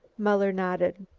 muller nodded.